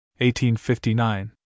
1859